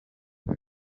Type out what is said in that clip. icyo